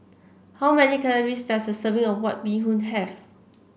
how many calories does a serving of White Bee Hoon have